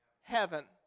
heaven